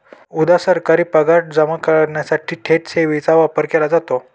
उदा.सरकारी पगार जमा करण्यासाठी थेट ठेवीचा वापर केला जातो